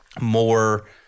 more